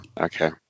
Okay